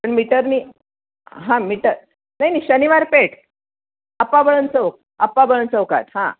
पण मीटरने हां मीटर नाही नाही शनिवार पेठ अप्पा बळवंत चौक अप्पा बळवंत चौकात हां